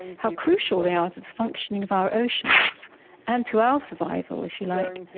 how crucial they are to the functioning of our oceans and to our survival, if you like,